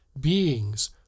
BEINGS